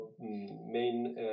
main